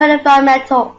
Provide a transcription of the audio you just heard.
environmental